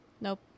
Nope